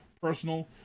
Personal